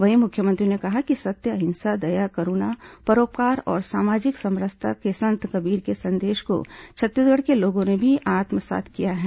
वहीं मुख्यमंत्री ने कहा है कि सत्य अहिंसा दया करुणा परोपकार और सामाजिक समरसता के संत कबीर के संदेश को छत्तीसगढ़ के लोगों ने भी आत्मसात किया है